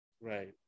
Right